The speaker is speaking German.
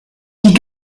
die